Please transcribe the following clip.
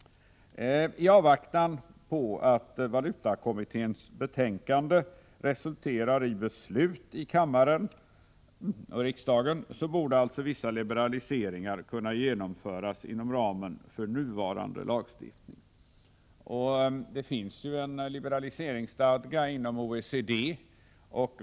I avvaktan på att valutakommitténs betänkande resulterar i beslut av riksdagen borde alltså vissa liberaliseringar kunna genomföras inom ramen för nuvarande lagstiftning. Det finns ju en liberaliseringsstadga inom OECD.